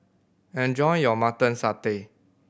enjoy your Mutton Satay